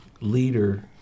leader